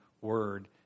Word